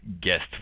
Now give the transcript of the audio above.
Guest